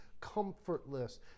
comfortless